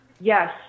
Yes